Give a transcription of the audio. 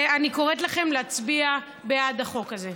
אני קוראת לכם להצביע בעד החוק הזה.